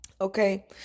Okay